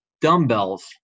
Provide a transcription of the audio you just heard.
dumbbells